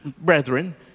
brethren